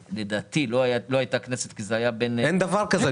לדעתי לא הייתה כנסת כי זה היה בין --- אין דבר כזה.